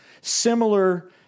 similar